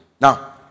now